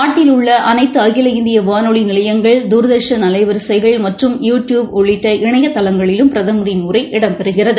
நாட்டில் உள்ளஅனைத்துஅகில இந்தியவானொலிநிலையங்கள் தூர்தர்ஷன் அலைவரிசைகள் மற்றும் யூ டியூப் உள்ளிட்ட இணையதளங்களிலும் பிரதமரின் உரை இடம் பெறுகிறது